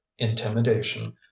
intimidation